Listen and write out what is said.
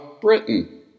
Britain